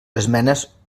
esmenes